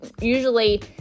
usually